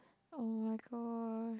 oh-my-gosh